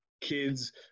kids